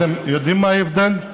אתם יודעים מה ההבדל?